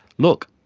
look,